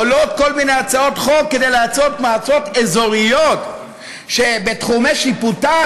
עולות כל מיני הצעות חוק כדי לעשות מועצות אזוריות שבתחומי שיפוטן,